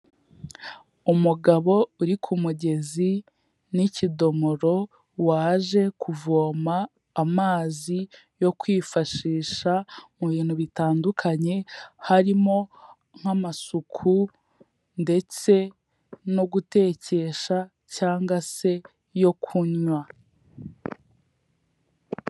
Umugabo uri kumugezi n'ikidomoro waje kuvoma amazi yo kwifashisha mu bintu bitandukanye, harimo nk'amasuku ndetse no gutekesha cyangwa se yo kunywa.